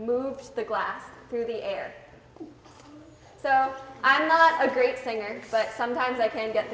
moves the glass through the air so i'm not a great singer but sometimes i can get